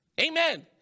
Amen